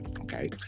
okay